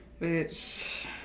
Bitch